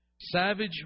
savage